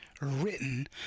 written